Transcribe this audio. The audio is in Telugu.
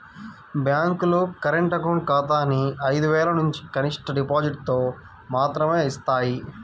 బ్యేంకులు కరెంట్ అకౌంట్ ఖాతాని ఐదు వేలనుంచి కనిష్ట డిపాజిటుతో మాత్రమే యిస్తాయి